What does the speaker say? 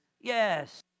yes